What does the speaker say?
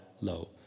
low